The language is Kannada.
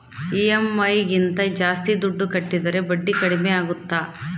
ಇ.ಎಮ್.ಐ ಗಿಂತ ಜಾಸ್ತಿ ದುಡ್ಡು ಕಟ್ಟಿದರೆ ಬಡ್ಡಿ ಕಡಿಮೆ ಆಗುತ್ತಾ?